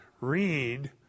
read